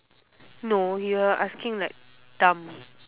no you are asking like dumb